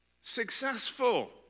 successful